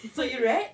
so you read